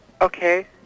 Okay